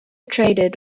traded